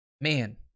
Man